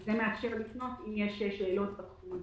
וזה מאפשר לפנות אם יש שאלות בתחום הזה.